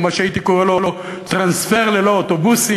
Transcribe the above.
או מה שהייתי קורא לו טרנספר ללא אוטובוסים.